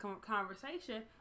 conversation